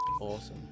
awesome